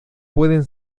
pueden